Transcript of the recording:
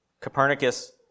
Copernicus